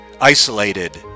isolated